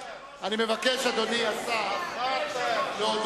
אדוני השר, אני מבקש